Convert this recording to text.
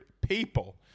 people